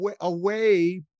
away